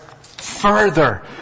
further